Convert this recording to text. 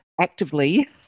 actively